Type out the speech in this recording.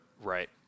Right